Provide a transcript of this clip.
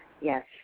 Yes